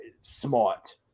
smart